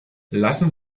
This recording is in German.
lassen